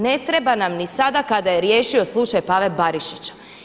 Ne treba nam ni sada kada je riješio slučaj Pave Barišića.